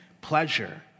pleasure